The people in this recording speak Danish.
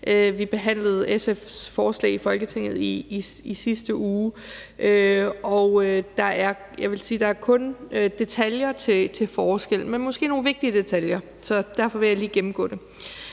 Vi behandlede SF's forslag i Folketinget i sidste uge. Jeg vil sige, at der kun er detaljer til forskel, men det er måske nogle vigtige detaljer. Derfor vil jeg lige gennemgå dem.